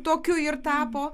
tokiu ir tapo